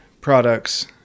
products